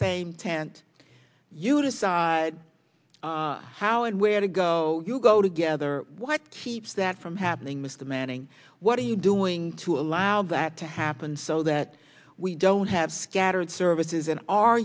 same tent you want to say how and where to go you go together what keeps that from happening mr manning what are you doing to loud that to happen so that we don't have scattered services and are